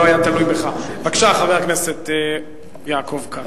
בבקשה, חבר הכנסת יעקב כץ.